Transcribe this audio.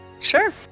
Sure